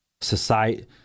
society